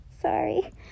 Sorry